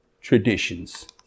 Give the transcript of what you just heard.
traditions